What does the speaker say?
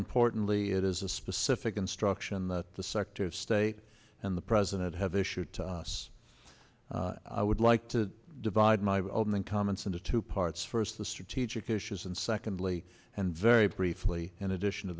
importantly it is a specific instruction that the secretary of state and the president have issued to us i would like to divide my opening comments into two parts first the strategic issues and secondly and very briefly in addition to